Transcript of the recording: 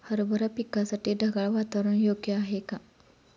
हरभरा पिकासाठी ढगाळ वातावरण योग्य आहे का?